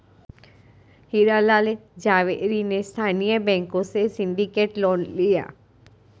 हीरा लाल झावेरी ने स्थानीय बैंकों से सिंडिकेट लोन लिया